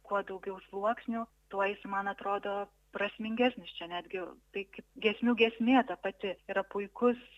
kuo daugiau sluoksnių tuo jis man atrodo prasmingesnis čia netgi tai kaip giesmių giesmė ta pati yra puikus